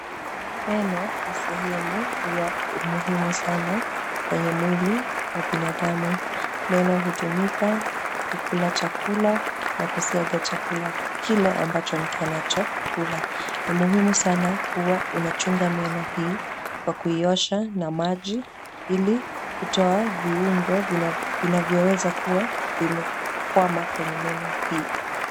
Meno ni sehemu ya umuhimu sana kwenye mwili wa binadamu. Meno hutumika kukula chakula na kusiaga chakula kile ambacho mtu anachokula. Ni muhimu sana kuwa unachunga meno hii kwa kuiosha na maji, ilikutoa viungo vinavyoweza kuwa vimekwama kwenye meno hii.